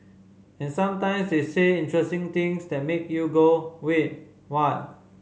and sometimes they say interesting things that make you go wait what